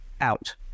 out